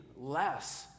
less